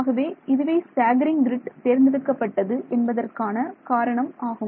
ஆகவே இதுவே staggering grid தேர்ந்தெடுக்கப்பட்டது என்பதற்கான காரணம் ஆகும்